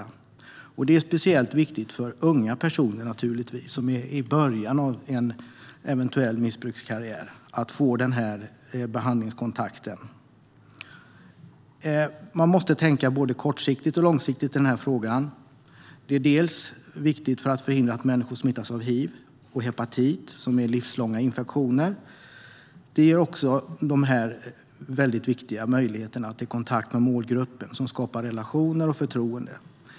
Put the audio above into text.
Det är naturligtvis speciellt viktigt för unga personer som är i början av en eventuell missbrukskarriär att få den behandlingskontakten. Man måste tänka både kortsiktigt och långsiktigt i denna fråga. Det här är viktigt för att förhindra att människor smittas av hiv och hepatit, som är livslånga infektioner. Det ger också de viktiga möjligheterna till kontakt med målgruppen, vilket skapar relationer och förtroende.